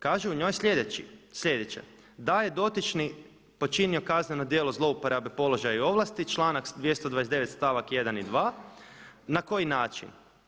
Kaže u njoj sljedeće, da je dotični počinio kazneno djelo zlouporabe položaja i ovlasti, članak 229. stavak 1. i 2. Na koji način?